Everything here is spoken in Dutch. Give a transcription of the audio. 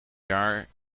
jaar